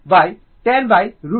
এটা 05 হবে